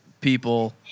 people